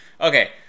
Okay